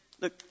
look